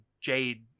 jade